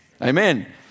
amen